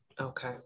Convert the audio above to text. Okay